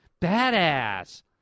badass